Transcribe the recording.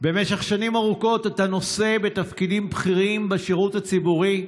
"במשך שנים ארוכות אתה נושא בתפקידים בכירים בשירות הציבורי.